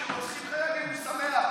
בממשלה שמכשירה את התנועה האסלאמית.